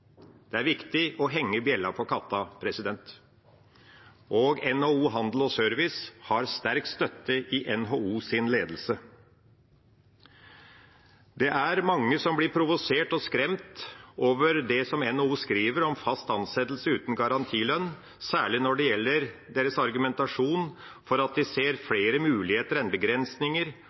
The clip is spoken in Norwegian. Det er viktig å henge bjella på katten. NHO Service og Handel har sterk støtte i NHOs ledelse. Det er mange som blir provosert og skremt over det som NHO skriver om fast ansettelse uten garantilønn, særlig når det gjelder deres argumentasjon for at de ser flere muligheter enn begrensninger,